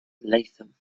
latham